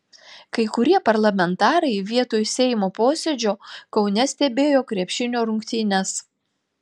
kai kurie parlamentarai vietoj seimo posėdžio kaune stebėjo krepšinio rungtynes